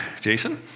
Jason